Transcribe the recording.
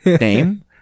name